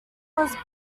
was